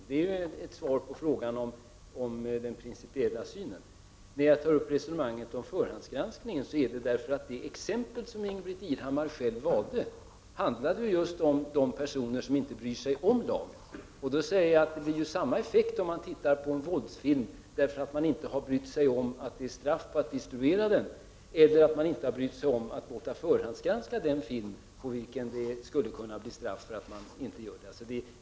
Det är ett svar på frågan om den principiella synen. Jag har tagit upp resonemanget om förhandsgranskning för att det exempel som Ingbritt Irhammar själv hade valt handlade om de personer som inte bryr sig om lagen. Det blir samma effekt av att titta på en våldsfilm vare sig man inte har brytt sig om att det är straffbart att distribuera den eller man inte har brytt sig om att det är straffbart att inte låta förhandsgranska den.